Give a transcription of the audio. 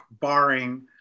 barring